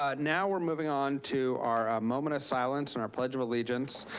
ah now we're moving on to our moment of silence and our pledge of allegiance.